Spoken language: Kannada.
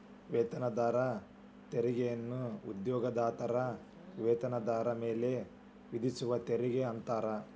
ವೇತನದಾರ ತೆರಿಗೆಯನ್ನ ಉದ್ಯೋಗದಾತರ ವೇತನದಾರ ಮೇಲೆ ವಿಧಿಸುವ ತೆರಿಗೆ ಅಂತಾರ